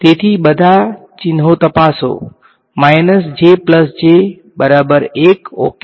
તેથી બધા ચિહ્નો તપાસો તેથી ઓકે